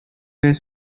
was